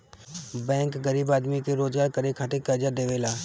bank गरीब आदमी के रोजगार करे खातिर कर्जा देवेला